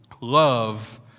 love